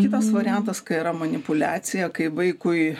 kitas variantas kai yra manipuliacija kai vaikui